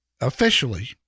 officially